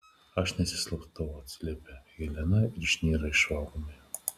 aš nesislapstau atsiliepia helena ir išnyra iš valgomojo